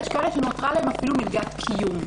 יש כאלה שנותרה להם אפילו מלגת קיום.